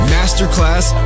Masterclass